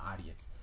audience